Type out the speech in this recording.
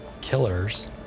killers